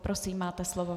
Prosím, máte slovo.